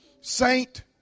Saint